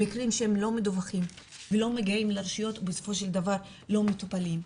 מקרים שלא מדווחים ולא מגיעים לרשויות בסופו של דבר ולא מטופלים.